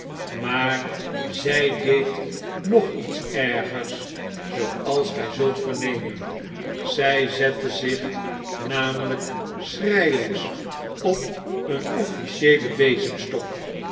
maar zy deed nog iets ergers zooals gy zult vernemen zyzettezich namelyk schrylings op een officieelen bezemstok